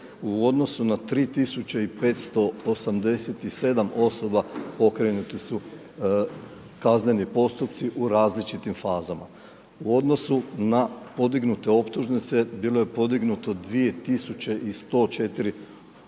u odnosu na 3587 osoba pokrenuti su kazneni postupci u različitim fazama. U odnosu na podignute optužnice, bilo je podignuto 2104